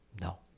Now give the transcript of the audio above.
no